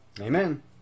Amen